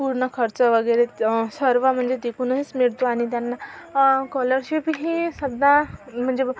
पूर्ण खर्च वगैरे सर्व म्हणजे तिकूनच मिळतो आणि त्यांना कॉलरशिप ही समजा म्हणजे